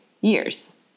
years